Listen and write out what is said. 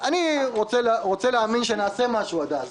אני רוצה להאמין שנעשה משהו עד אז,